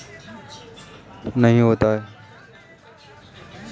मछलियों में जलोदर रोग तथा सफेद दाग नामक रोग भी होता है